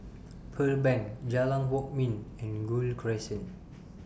Pearl Bank Jalan Kwok Min and Gul Crescent